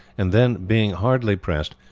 and then, being hardly pressed,